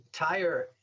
entire